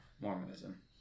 Mormonism